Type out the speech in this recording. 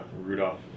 Rudolph